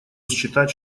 считать